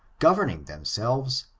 gov erning themselves,